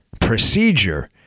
procedure